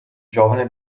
giovane